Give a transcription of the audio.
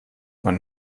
man